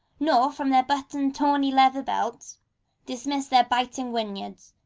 nor from their buttoned tawny leathern belts dismiss their biting whinyards,